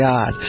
God